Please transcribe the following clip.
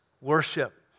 worship